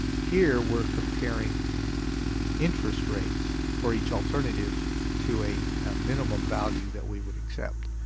here we're comparing interest rates for each alternative to a minimum value that we would accept.